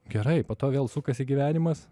gerai po to vėl sukasi gyvenimas